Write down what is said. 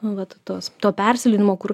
nu vat tos to persileidimo kur